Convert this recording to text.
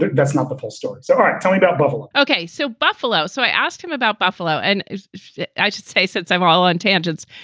that's not the full story. so um tell me about buffalo ok, so buffalo. so i asked him about buffalo, and i should say, since i'm all on tangents,